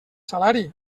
salari